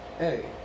Hey